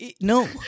No